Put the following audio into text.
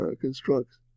constructs